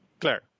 Claire